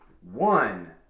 one